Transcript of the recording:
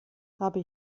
habe